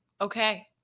Okay